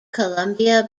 columbia